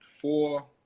Four